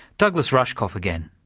douglas rushkoff again.